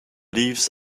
leaves